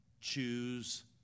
Choose